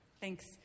Thanks